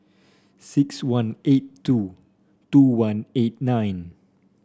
six one eight two two one eight nine